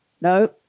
No